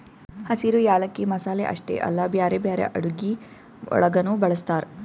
ಹಸಿರು ಯಾಲಕ್ಕಿ ಮಸಾಲೆ ಅಷ್ಟೆ ಅಲ್ಲಾ ಬ್ಯಾರೆ ಬ್ಯಾರೆ ಅಡುಗಿ ಒಳಗನು ಬಳ್ಸತಾರ್